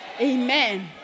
Amen